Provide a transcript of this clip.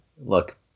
look